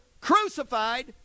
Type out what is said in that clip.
crucified